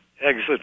exit